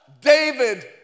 David